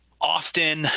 Often